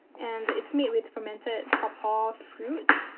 and, it's made with fermented papaw fruit.